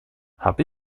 habe